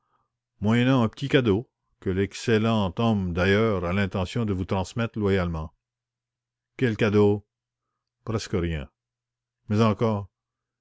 moyennant un petit cadeau que l'excellent homme d'ailleurs a l'intention de vous transmettre loyalement quel cadeau presque rien mais encore